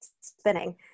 spinning